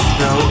no